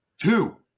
Two